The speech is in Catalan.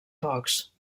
pocs